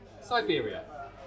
Siberia